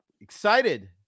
Excited